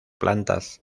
plantas